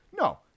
No